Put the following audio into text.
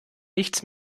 nichts